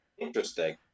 Interesting